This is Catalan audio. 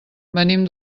venim